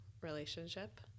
relationship